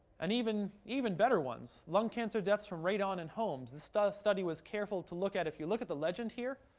and even even better ones, lung cancer deaths from radon in homes. the study study was careful to look at. if you look at the legend here,